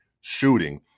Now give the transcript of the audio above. shooting